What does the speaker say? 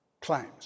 claims